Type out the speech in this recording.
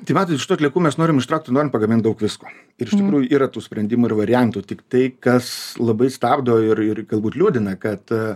tai matot iš tų atliekų mes norim ištraukt ir norim pagamint daug visko ir iš tikrųjų yra tų sprendimų ir variantų tik tai kas labai stabdo ir ir galbūt liūdina kad